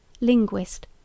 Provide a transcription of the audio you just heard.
linguist